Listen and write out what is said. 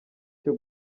cyo